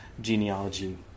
genealogy